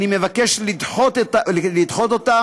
אני מבקש לדחות אותה